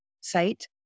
site